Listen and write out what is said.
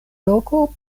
loko